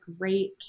great